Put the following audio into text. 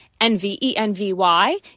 N-V-E-N-V-Y